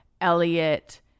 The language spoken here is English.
Elliot